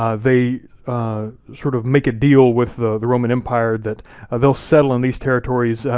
um they sort of make a deal with the the roman empire that they'll settle in these territories.